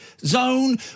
zone